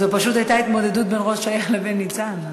זאת פשוט הייתה התמודדות בין ראש העיר לבין ניצן.